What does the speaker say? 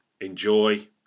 enjoy